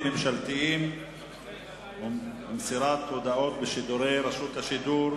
ממשלתיים ומסירת הודעות בשידורי רשות השידור,